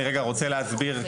אני רגע רוצה להסביר,